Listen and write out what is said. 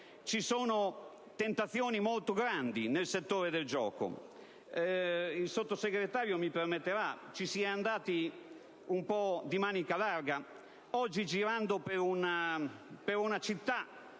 ci sono tentazioni molto grandi nel settore del gioco. Il Sottosegretario mi permetterà: ci si è andati un po' di manica larga. Oggi, girando per una città,